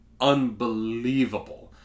Unbelievable